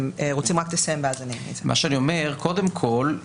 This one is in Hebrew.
קודם כל,